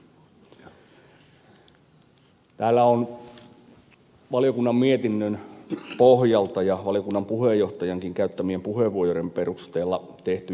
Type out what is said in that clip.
täällä on valiokunnan mietinnön pohjalta ja valiokunnan puheenjohtajankin käyttämien puheenvuorojen perusteella tehty johtopäätöksiä